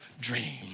dream